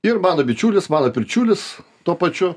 ir mano bičiulis mano pirčiulis tuo pačiu